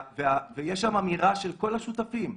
שם אמירה של כל השותפים,